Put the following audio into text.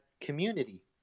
community